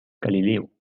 galileo